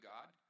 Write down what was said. God